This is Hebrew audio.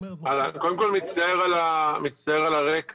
כמות ומדלגים על ארוחות,